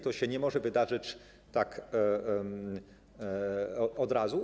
To się nie może wydarzyć tak od razu.